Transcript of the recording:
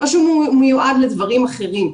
או שהוא מיועד לדברים אחרים?